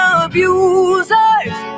abusers